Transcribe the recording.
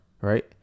right